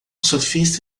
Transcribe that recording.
surfista